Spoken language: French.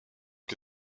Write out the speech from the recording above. que